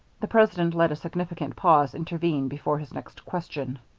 the president let a significant pause intervene before his next question.